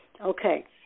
okay